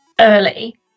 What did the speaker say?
early